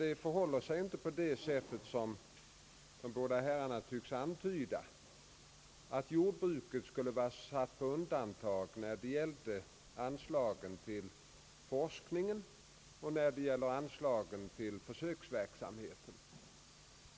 Det förhåller sig nämligen inte på det sättet som de båda herrarna tycks antyda, att jordbruket skulle vara satt på undantag när det gällde anslag till forskning och försöksverksamhet.